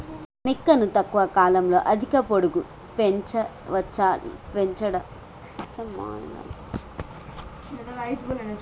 మొక్కను తక్కువ కాలంలో అధిక పొడుగు పెంచవచ్చా పెంచడం ఎలా?